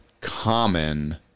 common